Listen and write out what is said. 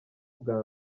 bwa